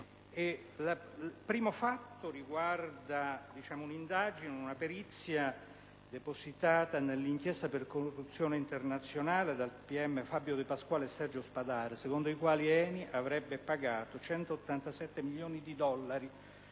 Il primo fatto riguarda una perizia depositata nell'inchiesta per corruzione internazionale dai pubblici ministeri Fabio De Pasquale e Sergio Spadaro, secondo la quale l'ENI avrebbe pagato 187 milioni di dollari